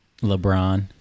LeBron